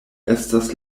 estas